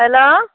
hello